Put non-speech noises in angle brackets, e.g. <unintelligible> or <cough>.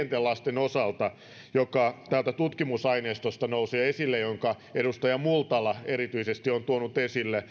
lasten osalta mikä täältä tutkimusaineistosta nousi esille ja jonka edustaja multala erityisesti on tuonut esille <unintelligible>